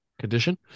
Condition